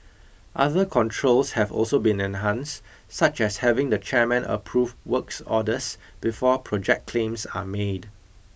other controls have also been enhanced such as having the chairman approve works orders before project claims are made